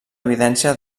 evidència